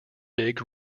big